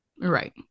Right